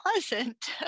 pleasant